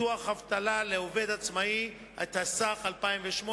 (ביטוח אבטלה לעובד עצמאי), התשס"ח-2008.